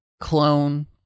clone